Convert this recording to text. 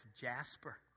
jasper